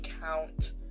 count